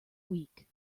week